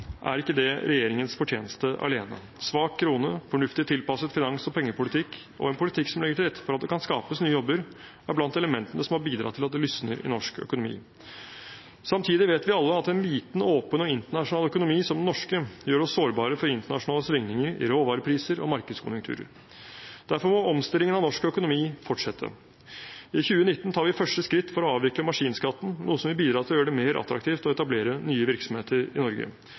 er ikke det regjeringens fortjeneste alene. Svak krone, fornuftig tilpasset finans- og pengepolitikk og en politikk som legger til rette for at det kan skapes nye jobber, er blant elementene som har bidratt til at det lysner i norsk økonomi. Samtidig vet vi alle at en liten, åpen og internasjonal økonomi som den norske gjør oss sårbare for internasjonale svingninger i råvarepriser og markedskonjunkturer. Derfor må omstillingen av norsk økonomi fortsette. I 2019 tar vi første skritt for å avvikle maskinskatten, noe som vil bidra til å gjøre det mer attraktivt å etablere nye virksomheter i Norge.